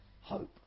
Hope